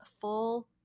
full